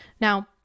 now